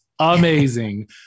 Amazing